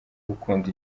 gukunda